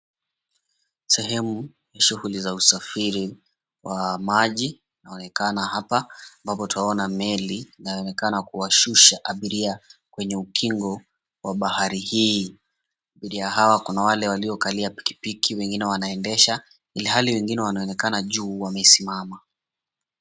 Sehemu ni shughuli za usafiri wa maji inaonekana hapa, ambapo twaona meli inayoonekana kuwashusha abiria kwenye ukingo wa bahari hii. Abiria hawa kuna wale waliokalia pikipiki, wengine wanaendesha, ilhali wengine wanaonekana juu wamesimama.